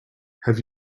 have